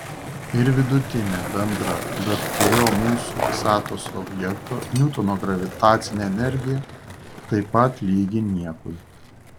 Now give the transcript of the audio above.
ir vidutinė bendra bet kurio mūsų visatos objekto niutono gravitacinė energija taip pat lygi niekui